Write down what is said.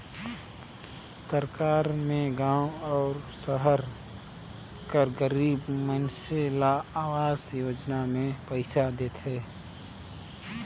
सरकार में गाँव अउ सहर कर गरीब मइनसे ल अवास योजना में पइसा देथे